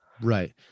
Right